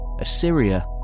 Assyria